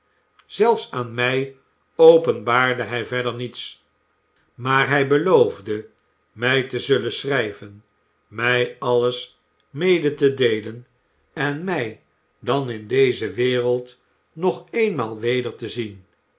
zelfs aan mij openbaarde hij verder niets maar hij beloofde mij te zullen schrijven mij alles mede te deelen en mij dan in deze wereld nog eenmaal weder te zien